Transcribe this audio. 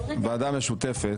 ועדה משותפת.